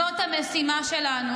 זאת המשימה שלנו.